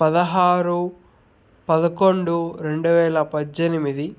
పదహారు పదకొండు రెండువేల పద్దెనిమిది